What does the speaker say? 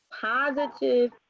positive